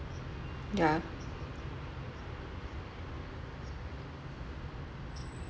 yeah